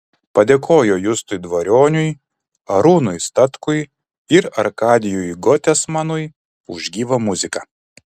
padėkojo justui dvarionui arūnui statkui ir arkadijui gotesmanui už gyvą muziką